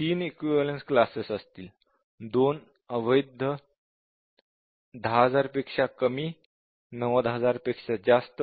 3 equivalence classes असतील 2 अवैध 10000 पेक्षा कमी 90000 पेक्षा जास्त